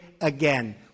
again